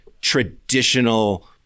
traditional